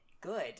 good